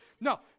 No